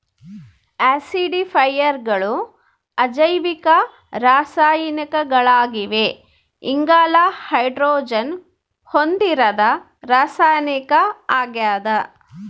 ಆಸಿಡಿಫೈಯರ್ಗಳು ಅಜೈವಿಕ ರಾಸಾಯನಿಕಗಳಾಗಿವೆ ಇಂಗಾಲ ಹೈಡ್ರೋಜನ್ ಹೊಂದಿರದ ರಾಸಾಯನಿಕ ಆಗ್ಯದ